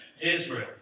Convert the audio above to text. Israel